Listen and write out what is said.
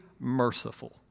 merciful